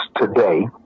today